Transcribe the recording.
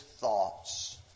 thoughts